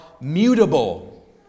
mutable